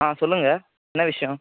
ஆ சொல்லுங்கள் என்ன விஷயம்